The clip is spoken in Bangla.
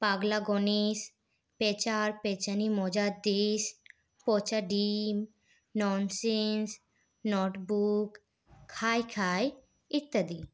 পাগলা গণেশ প্যাঁচা আর প্যাঁচানি মজার দেশ পচা ডিম ননসেন্স নটবুক খাই খাই ইত্যাদি